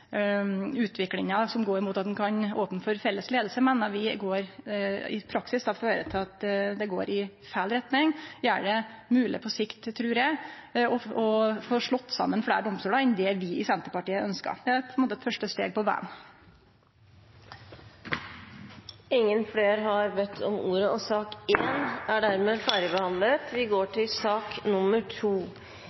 utviklinga som går mot at ein kan opne for felles leiing, meiner vi i praksis fører til at det går i feil retning. Det gjer det mogleg på sikt, trur eg, å få slått saman fleire domstolar enn det vi i Senterpartiet ønskjer. Dette er på ein måte første steg på vegen. Flere har ikke bedt om ordet til sak nr. 1. Etter ønske fra justiskomiteen vil presidenten foreslå at taletiden blir begrenset til